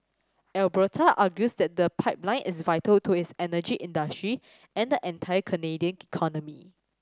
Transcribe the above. Alberta argues that the pipeline is vital to its energy industry and the entire Canadian economy